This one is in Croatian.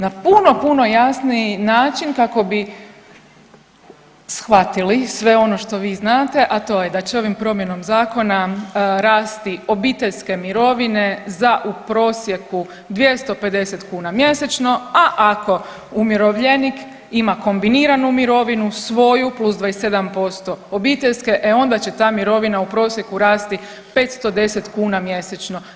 Na puno, puno jasniji način kako bi shvatili sve ono što vi znate, a to je da će ovim promjenom zakona rasti obiteljske mirovine za u prosjeku 250 kuna mjesečno, a ako umirovljenik ima kombiniranu mirovinu, svoju + 27% obiteljske, e onda će ta mirovina u prosjeku rasti 510 kuna mjesečno.